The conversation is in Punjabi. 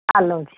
ਆਹ ਲਓ ਜੀ